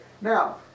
Now